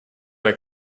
jak